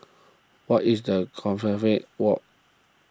what is the Compassvale Walk